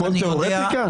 הכול תיאורטי כאן?